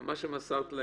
מה שמסרת,